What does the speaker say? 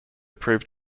proved